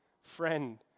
friend